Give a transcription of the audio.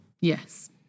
Yes